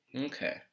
Okay